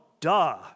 duh